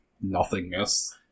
nothingness